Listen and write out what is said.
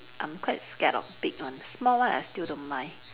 I'm quite scared of big one small one I still don't mind